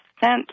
sent